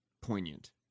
poignant